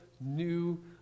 new